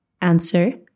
Answer